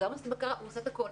הוא עושה את הכול.